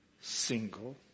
single